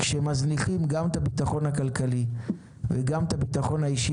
כשמזניחים גם את הביטחון הכלכלי וגם את הביטחון האישי